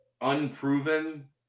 unproven